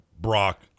Brock